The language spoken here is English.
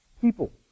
People